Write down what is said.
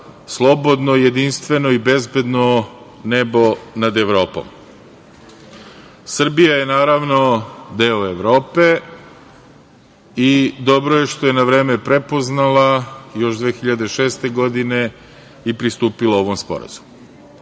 slobodno, jedinstveno i bezbedno nebo na Evropom. Srbija je, naravno, deo Evrope i dobro je što je na vreme prepoznala, još 2006. godine, i pristupila ovom